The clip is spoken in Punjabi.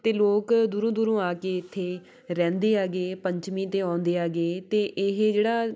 ਅਤੇ ਲੋਕ ਦੂਰੋਂ ਦੂਰੋਂ ਆ ਕੇ ਇੱਥੇ ਰਹਿੰਦੇ ਹੈਗੇ ਪੰਚਮੀ 'ਤੇ ਆਉਂਦੇ ਹੈਗੇ ਅਤੇ ਇਹ ਜਿਹੜਾ